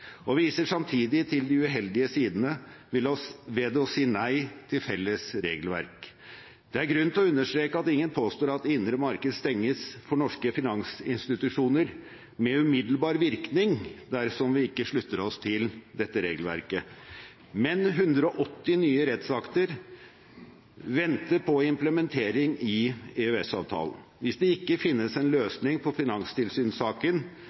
og viser samtidig til de uheldige sidene ved å si nei til felles regelverk. Det er grunn til å understreke at ingen påstår at det indre marked stenges for norske finansinstitusjoner med umiddelbar virkning dersom vi ikke slutter oss til dette regelverket. Men 180 nye rettsakter venter på implementering i EØS-avtalen. Hvis det ikke finnes en